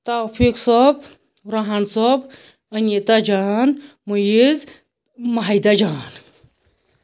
Taufeeq sahab Burhan sahab Anita jan Muiz Mahida Jan